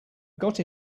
got